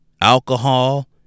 alcohol